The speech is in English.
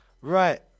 Right